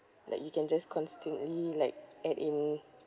like you can just constantly like add in